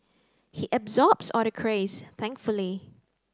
he absorbs all the craze thankfully